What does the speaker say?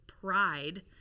pride